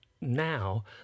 now